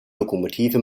lokomotive